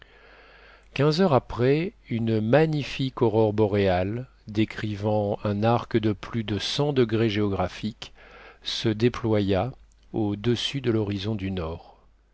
quinze heures après une magnifique aurore boréale décrivant un arc de plus de cent degrés géographiques se déploya au-dessus de l'horizon du nord